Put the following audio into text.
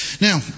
Now